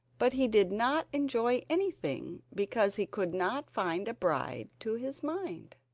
but he did not enjoy anything because he could not find a bride to his mind.